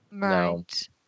Right